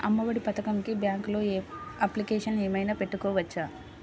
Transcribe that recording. అమ్మ ఒడి పథకంకి బ్యాంకులో అప్లికేషన్ ఏమైనా పెట్టుకోవచ్చా?